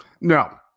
No